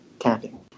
camping